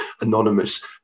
anonymous